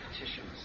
petitions